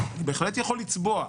אני בהחלט יכול לצבוע,